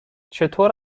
چطور